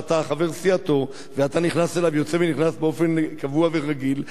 שאתה חבר סיעתו ואתה נכנס ויוצא אליו באופן קבוע ורגיל,